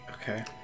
Okay